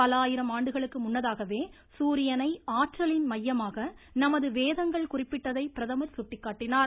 பல ஆயிரம் ஆண்டுகளுக்கு முன்னதாகவே சூரியனை ஆற்றலின் மையமாக நமது வேதங்கள் குறிப்பிட்டதை பிரதமர் சுட்டிக்காட்டினார்